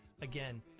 again